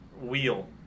wheel